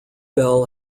bell